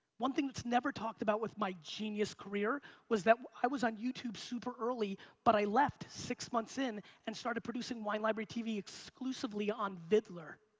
one thing that's never talked about with my genius career was that i was on youtube super early, but i left six months in and started producing wine library tv exclusively on viddler.